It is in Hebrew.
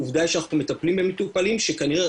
עובדה היא שאנחנו מטפלים במטופלים שכנראה